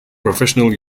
professional